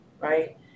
right